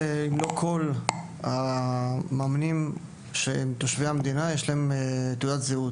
עם לא כל המאמנים שהם תושבי המדינה יש להם תעודת זהות.